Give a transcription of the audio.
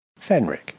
Fenric